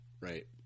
Right